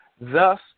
thus